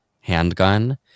handgun